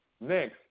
Next